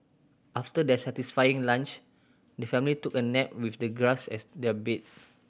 after their satisfying lunch the family took a nap with the grass as their bed